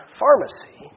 pharmacy